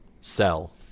Cell